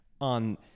on